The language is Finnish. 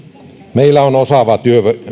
meillä on osaava